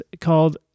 called